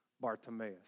Bartimaeus